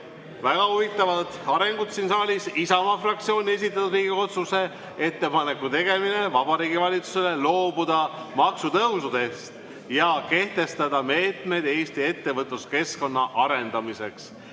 väga huvitavad arengud siin saalis – Isamaa fraktsiooni esitatud Riigikogu otsuse "Ettepaneku tegemine Vabariigi Valitsusele loobuda maksutõusudest ja kehtestada meetmed Eesti ettevõtluskeskkonna arendamiseks"